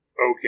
Okay